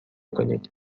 کنید